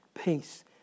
peace